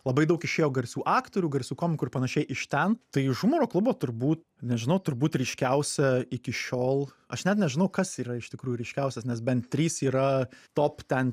labai daug išėjo garsių aktorių garsių komikų ir panašiai iš ten tai iš humoro klubo turbū nežinau turbūt ryškiausia iki šiol aš net nežinau kas yra iš tikrųjų ryškiausias nes bent trys yra top ten